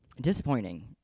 disappointing